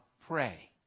pray